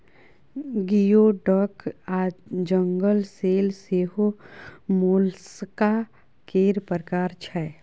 गियो डक आ jingle shell सेहो मोलस्का केर प्रकार छै